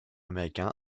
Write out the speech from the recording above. américain